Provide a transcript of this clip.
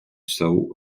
são